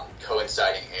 coinciding